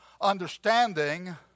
understanding